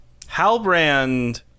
Halbrand